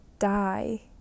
die